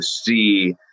see